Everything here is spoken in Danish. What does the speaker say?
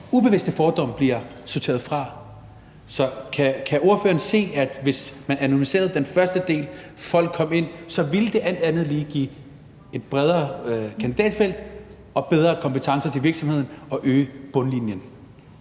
ubevidste fordomme? Kan ordføreren se, at hvis man anonymiserede den første del og folk kom ind, ville det alt andet lige give et bredere kandidatfelt, bedre kompetencer til virksomheden og en bedre bundlinje?